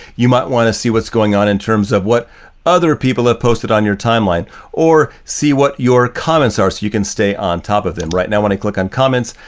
you might want to see what's going on in terms of what other people have posted on your timeline or see what your comments are so you can stay on top of them. right now when i click on comments,